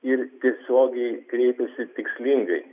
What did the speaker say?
ir tiesiogiai kreipiasi tikslingai